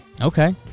Okay